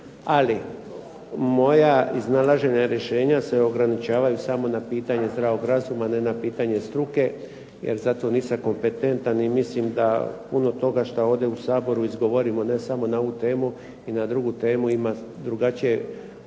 Ali moja iznalaženje rješenja se ograničavaju samo na pitanje zdravog razuma, ne na pitanje struke. Jer zato nisam kompetentan. Jer mislim da puno toga što ovdje u Saboru izgovorimo ne samo na ovu temu i na drugu temu ima drugačije okvire